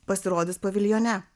pasirodys paviljone